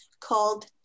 called